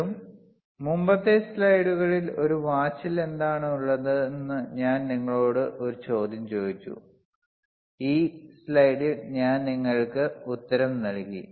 ഇതും മുമ്പത്തെ സ്ലൈഡുകളിൽ ഒരു വാച്ചിൽ എന്താണുള്ളതെന്ന് ഞാൻ നിങ്ങളോട് ഒരു ചോദ്യം ചോദിച്ചു ഈ സ്ലൈഡിൽ ഞാൻ നിങ്ങൾക്ക് ഉത്തരം നൽകി